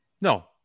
No